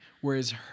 whereas